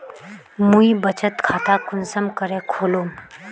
मुई बचत खता कुंसम करे खोलुम?